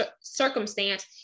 circumstance